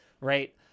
right